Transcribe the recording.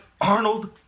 Arnold